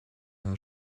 her